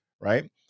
Right